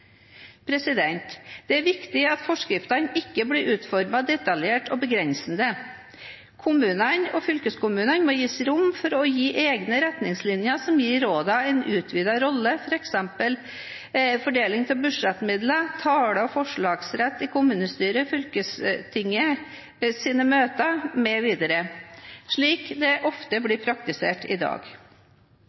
Det er viktig at forskriftene ikke blir utformet detaljert og begrensende. Kommunene og fylkeskommunene må gis rom for å gi egne retningslinjer som gir rådene en utvidet rolle, f.eks. budsjettmidler til fordeling, tale- og forslagsrett i kommunestyrets eller fylkestingets møter mv., slik det ofte blir praktisert i dag.